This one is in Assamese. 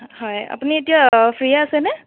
হয় আপুনি এতিয়া ফ্ৰী আছেনে